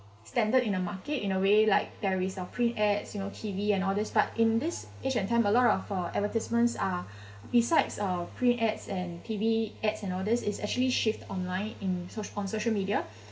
standard in the market in a way like there is uh print ads you know T_V and all these but in this age and time a lot of uh advertisements are besides uh print ads and T_V ads and all these is actually shift online in so~ on social media